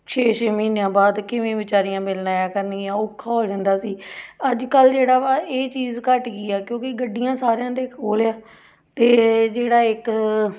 ਛੇ ਛੇ ਮਹੀਨਿਆਂ ਬਾਅਦ ਕਿਵੇਂ ਵਿਚਾਰੀਆਂ ਮਿਲਣ ਆਇਆ ਕਰਨਗੀਆਂ ਔਖਾ ਹੋ ਜਾਂਦਾ ਸੀ ਅੱਜ ਕੱਲ੍ਹ ਜਿਹੜਾ ਵਾ ਇਹ ਚੀਜ਼ ਘੱਟ ਗਈ ਆ ਕਿਉਂਕਿ ਗੱਡੀਆਂ ਸਾਰਿਆਂ ਦੇ ਕੋਲ ਆ ਅਤੇ ਜਿਹੜਾ ਇੱਕ